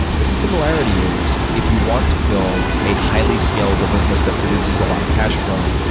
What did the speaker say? the similarity is if you want to build a highly scalable business that produces a lot of cash flow,